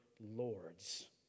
Lord's